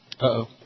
Uh-oh